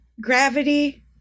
gravity